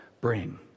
bring